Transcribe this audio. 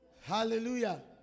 Hallelujah